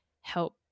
help